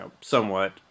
somewhat